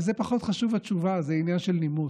וזה פחות חשוב, התשובה, זה עניין של נימוס.